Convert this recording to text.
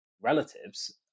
relatives